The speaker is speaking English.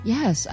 Yes